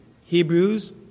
Hebrews